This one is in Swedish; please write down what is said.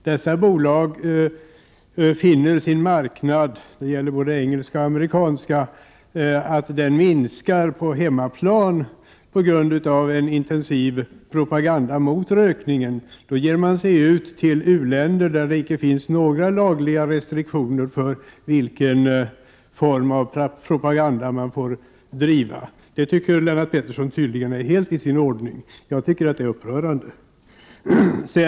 Dessa bolag, det gäller både engelska och amerikanska, finner att deras marknad minskar på hemmaplan på grund av en intensiv propaganda mot rökningen. Man beger sig då till u-länder där det inte finns några lagliga restriktioner för den form av propaganda man får bedriva. Detta tycker tydligen Lennart Pettersson är helt i sin ordning. Jag anser att det är upprörande.